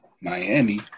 Miami